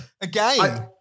Again